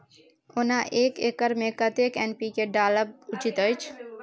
ओना एक एकर मे कतेक एन.पी.के डालब उचित अछि?